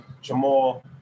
Jamal